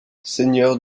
seigneur